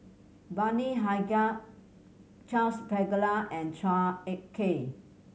Bani Haykal Charles Paglar and Chua Ek Kay